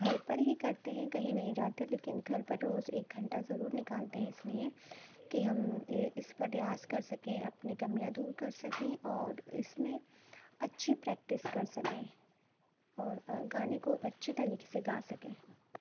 گھر پر ہی کرتے ہیں کہیں نہیں جاتے لیکن گھر پر روز ایک گھنٹہ ضرور نکالتے ہیں اس لیے کہ ہم اس پر ریاض کر سکیں اپنی کمیاں دور کر سکیں اور اس میں اچھی پریکٹس کر سکیں اور گانے کو اچھی طریقے سے گا سکیں